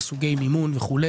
סוגי מימון וכו',